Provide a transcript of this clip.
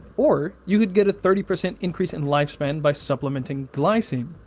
or you could get a thirty percent increase in lifespan by supplementing glycine.